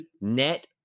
Net